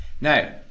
Now